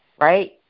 right